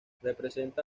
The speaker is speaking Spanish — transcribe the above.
representa